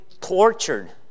tortured